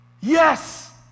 yes